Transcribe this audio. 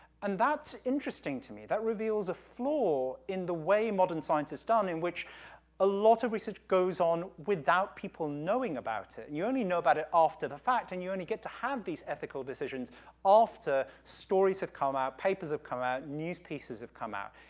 and that's interesting to me. that reveals a flaw in the way modern science is done in which a lot of research goes on without people knowing about it. you only know about it after the fact, and you only get to have these ethical decisions after stories have come out, papers have come out, news pieces have come out.